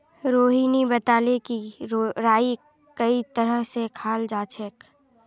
रोहिणी बताले कि राईक कई तरह स खाल जाछेक